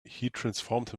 himself